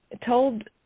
told